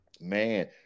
man